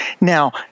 Now